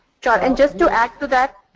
sean and just do after that.